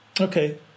Okay